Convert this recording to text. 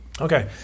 Okay